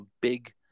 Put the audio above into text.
big